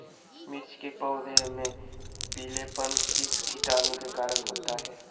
मिर्च के पौधे में पिलेपन किस कीटाणु के कारण होता है?